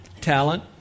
talent